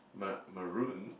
ma~ maroon